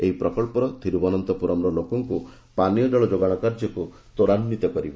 ଏହି ପ୍ରକଳ୍ପର ଥିରୁଭନନ୍ତପୁରମ୍ର ଲୋକମାନଙ୍କୁ ପାନୀୟ ଜଳଯୋଗାଣ କାର୍ଯ୍ୟକୁ ତ୍ୱରାନ୍ଧିତ କରିବ